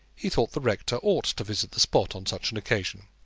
he thought the rector ought to visit the spot on such an occasion.